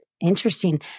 Interesting